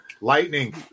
lightning